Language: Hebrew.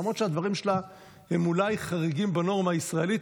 למרות שהדברים שלה אולי חריגים בנורמה הישראלית,